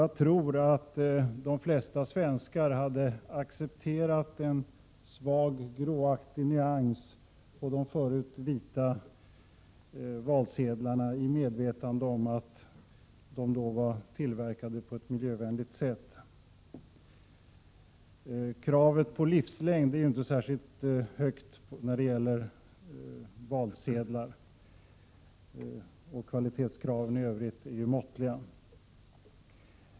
Jag tror att de flesta svenskar hade accepterat en svagt gråaktig nyans på de förut vita valsedlarna, i medvetande om att de då var tillverkade på ett miljövänligt sätt. Kravet på livslängd är inte särskilt högt när det gäller valsedlar, och kvalitetskraven i övrigt är måttliga.